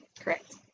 Correct